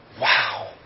Wow